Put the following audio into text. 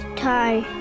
time